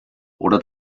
oder